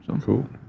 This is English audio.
Cool